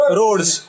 roads